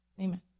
Amen